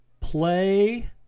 Play